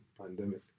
pandemic